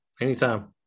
Anytime